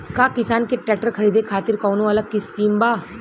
का किसान के ट्रैक्टर खरीदे खातिर कौनो अलग स्किम बा?